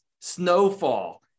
Snowfall